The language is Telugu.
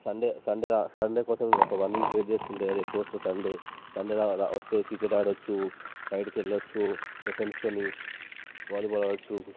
ఒక సండే సండే సండే కోసం ఒక వన్ వీక్ వెయిట్ చేస్తుండే అరే ఎప్పుడు వస్తుంది సండే రావాలి వస్తే క్రికెట్ ఆడచ్చు బయటకి వెళ్ళచ్చు ఫ్రెండ్స్తో వాలీబాల్ ఆడచ్చు